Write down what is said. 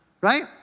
right